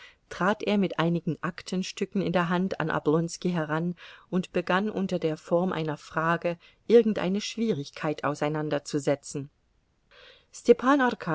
trat er mit einigen aktenstücken in der hand an oblonski heran und begann unter der form einer frage irgendeine schwierigkeit auseinanderzusetzen stepan